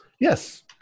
Yes